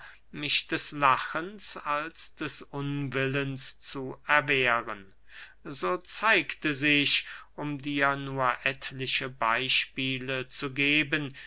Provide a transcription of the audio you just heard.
mich des lachens als des unwillens zu erwehren so zeigten sich um dir nur etliche beyspiele zu geben